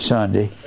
Sunday